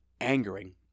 angering